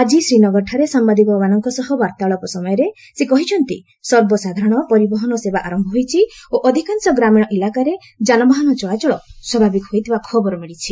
ଆକି ଶ୍ରୀନଗରଠାରେ ସାମ୍ବାଦିକମାନଙ୍କ ସହ ବାର୍ଭାଳାପ ସମୟରେ ସେ କହିଛନ୍ତି ସର୍ବସାଧାରଣ ପରିବହନ ସେବା ଆରମ୍ଭ ହୋଇଛି ଓ ଅଧିକାଂଶ ଗ୍ରାମୀଣ ଇଲାକାରେ ଯାନବାହନ ଚଳାଚଳ ସ୍ୱାଭାବିକ ହୋଇଥିବାର ଖବର ମିଳିଛି